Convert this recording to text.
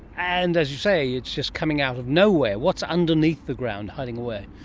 and, as you say, it's just coming out of nowhere. what's underneath the ground, hiding away?